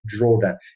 drawdown